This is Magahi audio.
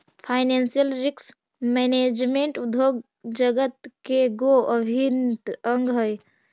फाइनेंशियल रिस्क मैनेजमेंट उद्योग जगत के गो अभिन्न अंग हई